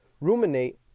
ruminate